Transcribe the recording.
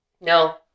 No